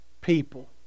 people